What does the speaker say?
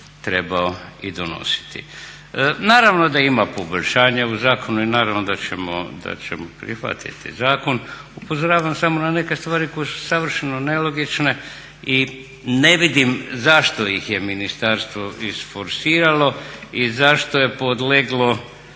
trebalo i donositi. Naravno da ima poboljšanja u zakonu i naravno da ćemo prihvatiti zakon. Upozoravam samo na neke stvari koje su savršeno nelogične i ne vidim zašto ih je ministarstvo isforsiralo i zašto je podleglo